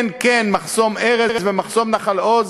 כן, כן, מחסום ארז ומחסום נחל-עוז,